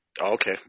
Okay